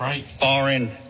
foreign